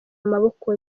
amaboko